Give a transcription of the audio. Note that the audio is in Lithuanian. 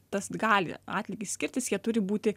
tas gali atlygis skirtis jie turi būti